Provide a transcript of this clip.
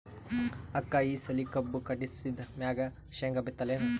ಅಕ್ಕ ಈ ಸಲಿ ಕಬ್ಬು ಕಟಾಸಿದ್ ಮ್ಯಾಗ, ಶೇಂಗಾ ಬಿತ್ತಲೇನು?